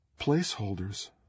placeholders